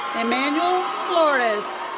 emmanuel flores.